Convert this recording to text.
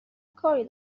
کاری